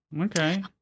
Okay